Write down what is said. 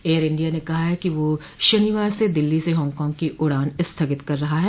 air India ने कहा है कि वह शनिवार से दिल्ली से हांगकांग की उड़ान स्थगित कर रहा है